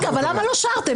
למה לא שרתם?